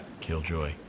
Killjoy